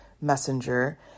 messenger